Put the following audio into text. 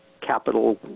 Capital